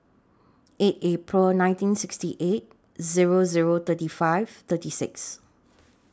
eight April nineteen sixty eight Zero Zero thirty five thirty six